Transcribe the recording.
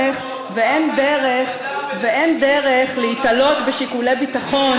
ואין דרך להיתלות בשיקולי ביטחון,